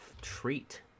treat